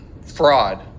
Fraud